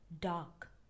dark